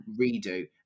redo